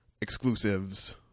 exclusives